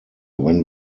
when